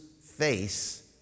face